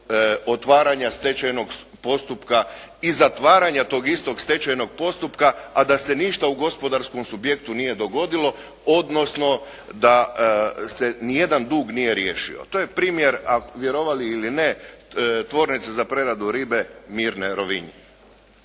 otvaranja stečajnog postupka i zatvaranja tog istog stečajnog postupka a da se ništa u gospodarskom subjektu nije dogodilo, odnosno da se ni jedan dug nije riješio. To je primjer vjerovali ili ne, tvornice za preradu ribe "Mirne" Rovinj.